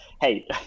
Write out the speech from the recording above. hey